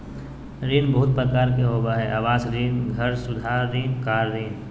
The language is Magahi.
ऋण बहुत प्रकार के होबा हइ आवास ऋण, घर सुधार ऋण, कार ऋण